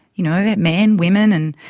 you know, men, women and,